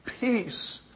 Peace